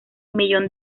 millón